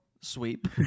sweep